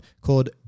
called